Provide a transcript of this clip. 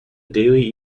daily